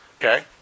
okay